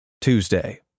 Tuesday